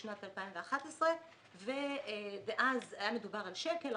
בשנת 2011. אז היה מדובר על שקל,